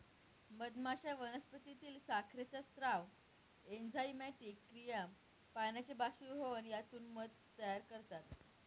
मधमाश्या वनस्पतीतील साखरेचा स्राव, एन्झाइमॅटिक क्रिया, पाण्याचे बाष्पीभवन यातून मध तयार करतात